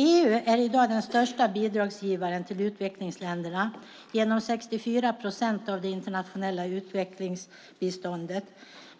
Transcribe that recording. EU är i dag den största bidragsgivaren till utvecklingsländerna genom 64 procent av det internationella utvecklingsbiståndet.